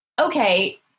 okay